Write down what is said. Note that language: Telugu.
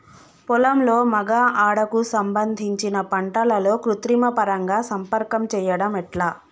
పొలంలో మగ ఆడ కు సంబంధించిన పంటలలో కృత్రిమ పరంగా సంపర్కం చెయ్యడం ఎట్ల?